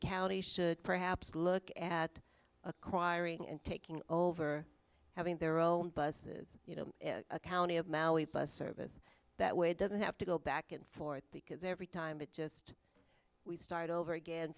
county should perhaps look at acquiring and taking over having their own buses you know a county of maui bus service that way doesn't have to go back and forth because every time it just we start over again